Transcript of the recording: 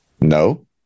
No